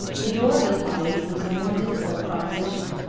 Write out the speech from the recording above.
the door of the cottage was a more difficult proposition,